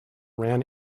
ran